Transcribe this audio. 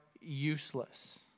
useless